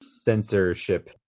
censorship